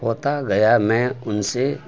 ہوتا گیا میں ان سے